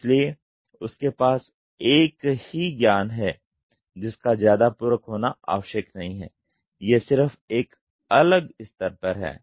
इसलिए उसके पास एक ही ज्ञान है जिसका ज्यादा पूरक होना आवश्यक नहीं है यह सिर्फ एक अलग स्तर पर है